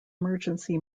emergency